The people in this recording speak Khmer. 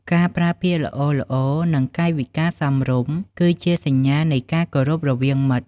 ការប្រើពាក្យល្អៗ និងកាយវិការសមរម្យ គឺជាសញ្ញានៃការគោរពរវាងមិត្ត។